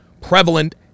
prevalent